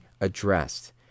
addressed